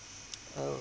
oh